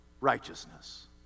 righteousness